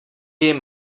jim